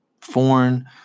foreign